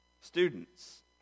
Students